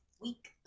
week